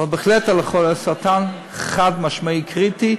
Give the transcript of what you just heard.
אבל בהחלט לחולי סרטן זה חד-משמעית קריטי,